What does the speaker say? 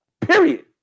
Period